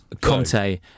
Conte